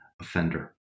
offender